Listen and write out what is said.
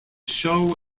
show